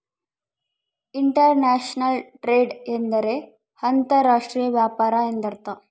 inter national trade ಎಂದರೆ ಅಂತರ್ ರಾಷ್ಟ್ರೀಯ ವ್ಯಾಪಾರ ಎಂದರ್ಥ